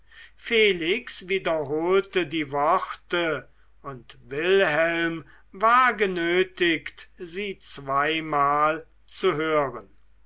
felix wiederholte die worte und wilhelm war genötigt sie zweimal zu hören